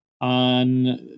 on